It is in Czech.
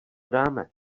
dáme